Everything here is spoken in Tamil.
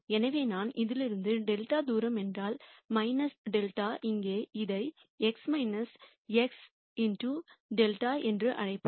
எனவே நான் இதிலிருந்து δ தூரம் சென்றால் δ இங்கே இதை x x δ என்று அழைப்போம்